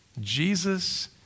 Jesus